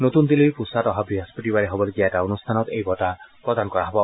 নতুন দিল্লীৰ পূছাত অহা বৃহস্পতিবাৰে হ'বলগীয়া এটা অনুষ্ঠানত এই বঁটা প্ৰদান কৰা হ'ব